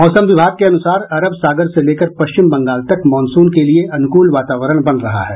मौसम विभाग के अनुसार अरब सागर से लेकर पश्चिम बंगाल तक मॉनसून के लिए अनुकूल वातावरण बन रहा हैं